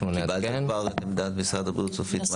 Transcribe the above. קיבלת כבר את עמדת משרד הבריאות הסופית?